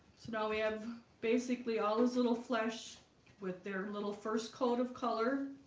so now we have basically all those little flesh with their little first coat of color